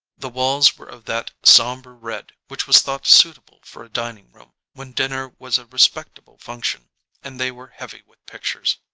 the walls were of that sombre red which was thought suitable for a dining room when dinner was a respectable function and they were heavy with pictures.